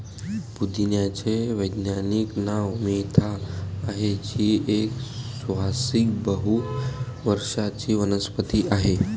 पुदिन्याचे वैज्ञानिक नाव मेंथा आहे, जी एक सुवासिक बहु वर्षाची वनस्पती आहे